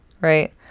right